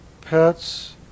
pets